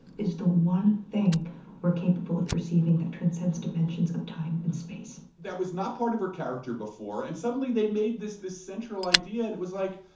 is the one thing we're capable of perceiving that transcends dimensions of time and space that was not part of her character before, and suddenly, they made this this central idea. and it was, like,